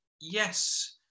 yes